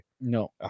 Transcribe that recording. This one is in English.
No